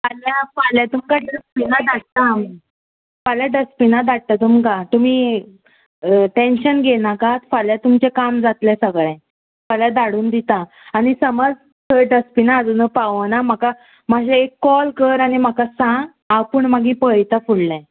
फाल्यां फाल्यां तुमकां डस्टबिनां धाडटा आमी फाल्यां डस्टबिनां धाडटां तुमकां तुमी टेंशन घेयनाका फाल्यां तुमचें काम जातलें सगळें फाल्यां धाडून दितां आनी समज थंय डस्टबिनां अजुनूय पावोना म्हाका मातशें एक कॉल कर आनी म्हाका सांग हांव पूण मागीर पळयता फुडलें